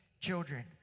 children